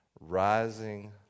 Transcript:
rising